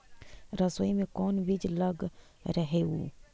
सरसोई मे कोन बीज लग रहेउ?